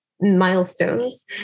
milestones